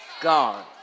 God